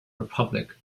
republic